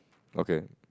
okay